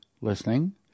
listening